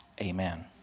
Amen